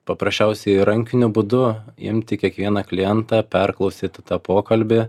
paprasčiausiai rankiniu būdu imti kiekvieną klientą perklausyti tą pokalbį